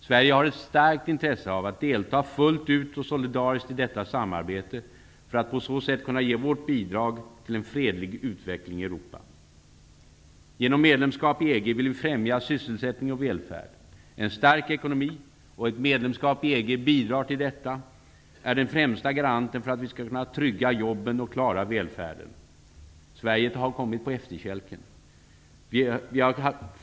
Sverige har ett starkt intresse av att delta fullt ut och solidariskt i detta samarbete för att på så sätt kunna ge vårt bidrag till en fredlig utveckling i Europa. Genom medlemskap i EG vill vi främja sysselsättning och välfärd. En stark ekonomi - och ett medlemskap i EG bidrar till detta - är den främsta garanten för att vi skall kunna trygga jobben och klara välfärden. Sverige har kommit på efterkälken.